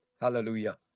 hallelujah